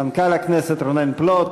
מנכ"ל הכנסת רונן פלוט,